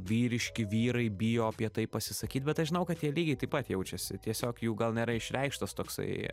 vyriški vyrai bijo apie tai pasisakyt bet aš žinau kad jie lygiai taip pat jaučiasi tiesiog jų gal nėra išreikštas toksai